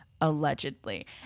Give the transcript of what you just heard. allegedly